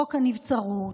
חוק הנבצרות,